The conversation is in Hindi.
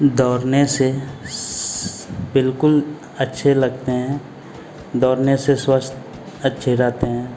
दौड़ने से बिल्कुल अच्छे लगते हैं दौड़ने से स्वस्थ अच्छे रहते हैं